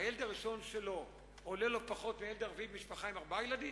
הילד הראשון שלו עולה לו פחות מהילד הרביעי במשפחה עם ארבעה ילדים?